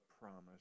promise